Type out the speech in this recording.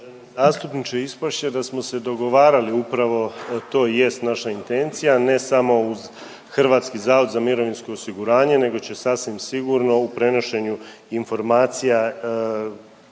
Zastupniče, ispast će da smo se dogovarali. Upravo to jest naša intencija, ne samo uz Hrvatski zavod za mirovinsko osiguranje nego će sasvim sigurno u prenošenju informacija